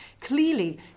Clearly